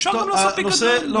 אפשר לעשות גם פיקדון.